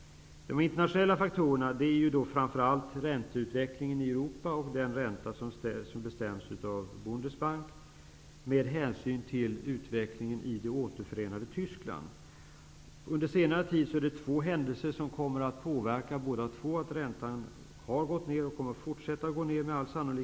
De internationella faktorerna är framför allt ränteutvecklingen i Europa och den ränta som bestäms av Bundesbank med hänsyn till utvecklingen i det återförenade Tyskland. Under senare tid är det två händelser som har påverkat att räntan har gått ner och med all sannolikhet kommer att fortsätta att gå ner.